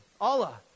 Allah